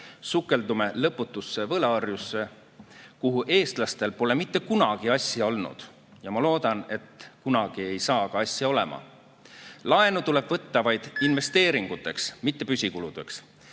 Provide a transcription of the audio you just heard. sukeldume lõputusse võlaorjusse, kuhu eestlastel pole mitte kunagi asja olnud ja ma loodan, et kunagi ei saa ka olema. Laenu tuleb võtta vaid investeeringuteks, mitte püsikulude